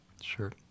sure